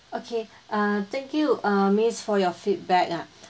okay err thank you err miss for your feedback ah